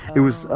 it was.